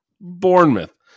Bournemouth